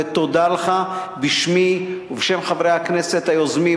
ותודה לך בשמי ובשם חברי הכנסת היוזמים,